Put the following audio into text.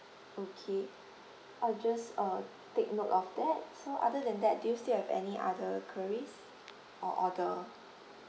okay I'll just uh take note of that so other than that do you still have any other queries or order